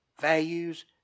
values